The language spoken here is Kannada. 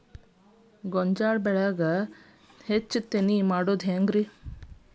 ಗೋಂಜಾಳ ಬೆಳ್ಯಾಗ ಹೆಚ್ಚತೆನೆ ಮಾಡುದ ಹೆಂಗ್?